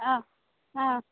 অঁ অঁ